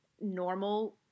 normal